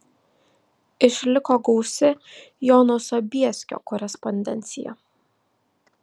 išliko gausi jono sobieskio korespondencija